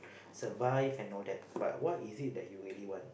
survive and all that but what is it that you really want